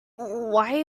why